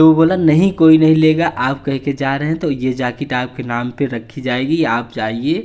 तो वह बोला नहीं कोई नहीं लेगा आप कहकर जा रहे हैं तो यह जाकेट आपके नाम पर रखी जाएगी आप जाइए